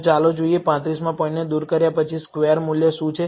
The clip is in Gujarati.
તો ચાલો જોઈએ 35 મા પોઇન્ટને દૂર કર્યા પછી સ્ક્વેર મૂલ્ય શું છે